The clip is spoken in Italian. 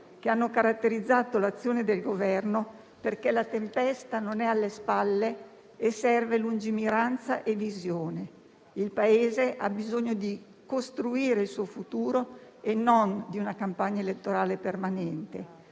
che hanno caratterizzato l'azione del Governo, perché la tempesta non è alle spalle e serve lungimiranza e visione. Il Paese ha bisogno di costruire il proprio futuro e non di una campagna elettorale permanente.